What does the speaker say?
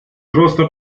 роста